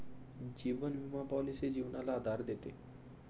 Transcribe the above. जीवन विमा पॉलिसी जीवनाला आधार देते